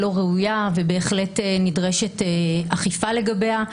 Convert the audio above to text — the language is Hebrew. לא ראויה ובהחלט נדרשת אכיפה לגביה.